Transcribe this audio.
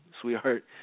sweetheart